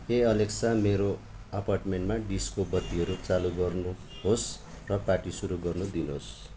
ए Alexa मेरो अपार्टमेन्टमा disco बत्तीहरू चालु गर्नुहोस् र पार्टी सुरु गर्न दिनुहोस्